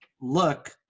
look